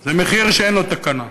זה מחיר שאין לו תקנה,